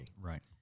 Right